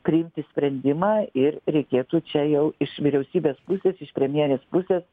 priimti sprendimą ir reikėtų čia jau iš vyriausybės pusės iš premjerės pusės